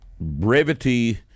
Brevity